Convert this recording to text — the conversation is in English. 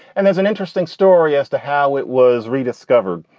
and there's an interesting story as to how it was rediscovered.